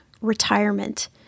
retirement